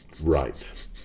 right